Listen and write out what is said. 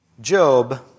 Job